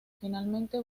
finalmente